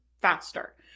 faster